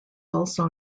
also